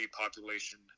population